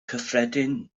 cyffredin